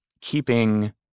keeping